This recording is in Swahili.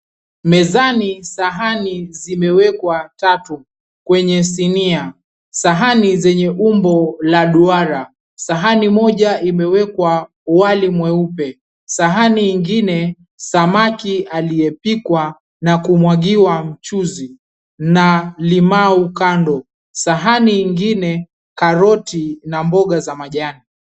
Mezani sahani zimewekwa tatu kwenye sinia. Sahani zenye umbo la duara. Sahani moja imewekwa wali mweupe. Sahani ingine samaki aliyepikwa na kumwagiwa mchuzi na limau kando. Sahani ingine karoti na mboga za majani.